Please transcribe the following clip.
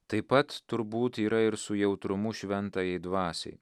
taip pat turbūt yra ir su jautrumu šventajai dvasiai